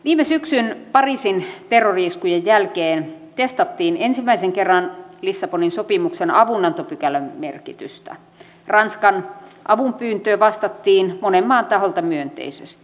viime syksyn pariisin terrori iskujen jälkeen testattiin ensimmäisen kerran lissabonin sopimuksen avunantopykälän merkitystä ja ranskan avunpyyntöön vastattiin monen maan taholta myönteisesti